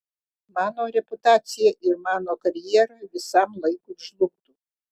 mano reputacija ir mano karjera visam laikui žlugtų